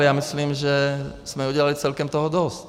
Já myslím, že jsme udělali celkem toho dost.